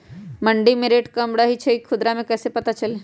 मंडी मे रेट कम रही छई कि खुदरा मे कैसे पता चली?